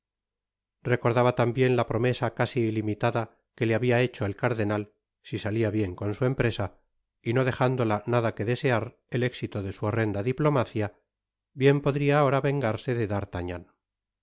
recordaba tambien la promesa casi ilimitada que le habia hecho el cardenal si salia bien con su empresa y no dejándola nada que desear el éxito de su horrenda diplomacia bien podria ahora vengarse de d'artagnan